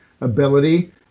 ability